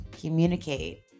communicate